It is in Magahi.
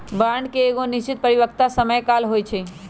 बांड के एगो निश्चित परिपक्वता समय काल होइ छइ